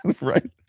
right